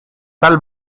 tal